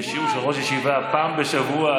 זה שיעור של ראש הישיבה פעם בשבוע.